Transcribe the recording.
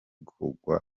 kugwa